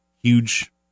huge